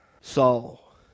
Saul